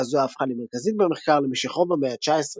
דעה זו הפכה למרכזית במחקר, למשך רוב המאה ה-19.